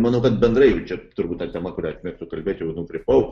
manau kad bendrai čia turbūt ta tema kuria aš mėgstu kalbėti jau nukrypau